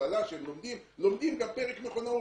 המכללה שלומדים לומדים גם פרק מכונאות.